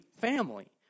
family